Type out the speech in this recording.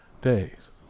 days